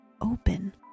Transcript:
open